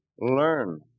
Learn